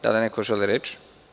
Da li neko želi reč?